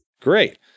Great